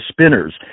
Spinners